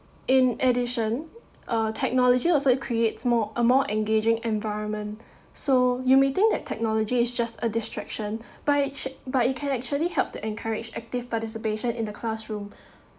in addition uh technology also creates more uh more engaging environment so you may think that technology is just a distraction buch~ but you can actually help to encourage active participation in the classroom